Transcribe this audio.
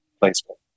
placement